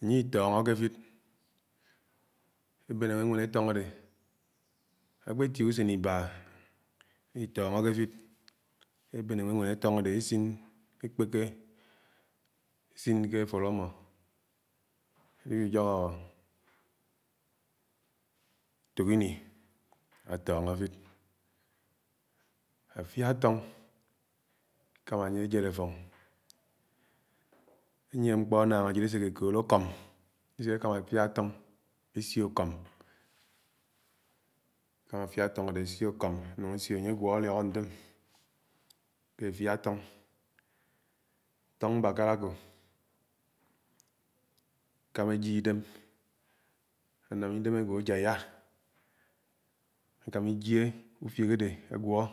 ánye itọ́ngọké àfid ebén ànwénwèn àtóng adé, àkpètiè ùsén ibá àlitóngòké afid ebén ánwénwèn atóng adé ekpèké esiñ ké éfoōd ámō etok ini atóóngó áfid. Afiá àtóng èkámá ánye ejéd àfóng, ányie mkpó annáng ajid eséké èkoōd “akọ́m” esèékámá áfiá afóng esio àkóm, èkámá àfia àfóng adé esió àkọ́m. èsio ánye agwó àliohò átoōm atoñg mbákárá akó èkámá enám idém ágwo ajáyá ekámá ejié ufik agwọ̀